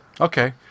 okay